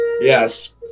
Yes